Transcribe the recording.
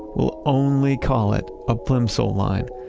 will only call it a plimsoll line,